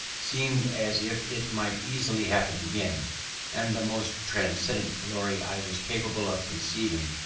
seemed as if it might easily happen again and the most transcendent glory i was capable of conceiving,